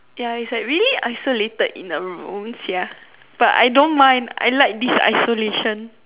ya is like really isolated in a room sia but I don't mind I like this isolation